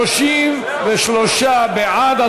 33 בעד.